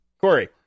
Corey